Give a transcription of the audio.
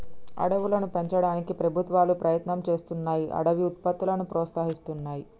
అడవులను పెంచడానికి ప్రభుత్వాలు ప్రయత్నం చేస్తున్నాయ్ అడవి ఉత్పత్తులను ప్రోత్సహిస్తున్నాయి